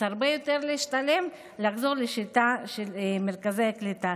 אז הרבה יותר משתלם לחזור לשיטה של מרכזי הקליטה.